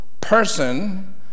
person